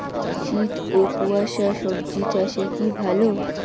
শীত ও কুয়াশা স্বজি চাষে কি ভালো?